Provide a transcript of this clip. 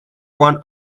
one